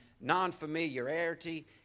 non-familiarity